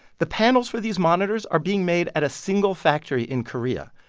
the panels for these monitors are being made at a single factory in korea.